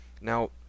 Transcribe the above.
Now